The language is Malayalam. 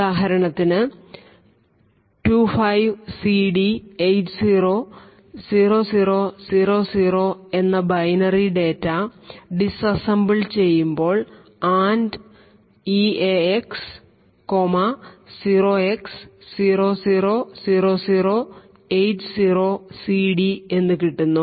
ഉദാഹരണത്തിന് 25 CD 80 00 00 എന്ന ബൈനറി ഡേറ്റാ ഡിസ് അസംബിൾ ചെയ്യുമ്പോൾ AND eax 0x000080CD എന്ന് കിട്ടുന്നു